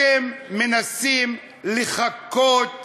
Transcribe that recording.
אתם מנסים לחקות